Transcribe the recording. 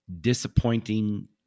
disappointing